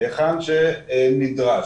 היכן שנדרש.